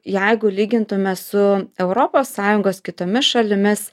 jeigu lygintume su europos sąjungos kitomis šalimis